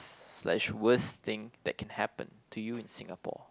such worse thing than can happened to you in Singapore